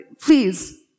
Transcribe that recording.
please